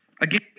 Again